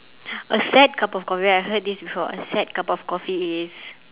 a sad cup of coffee I heard this before a sad cup of coffee is